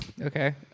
Okay